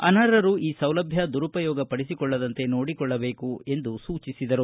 ಅನರ್ಹರು ಈ ಸೌಲಭ್ಯ ದುರುಪಯೋಗಪಡಿಸಿಕೊಳ್ಳದಂತೆ ನೋಡಿಕೊಳ್ಳಬೇಕು ಎಂದರು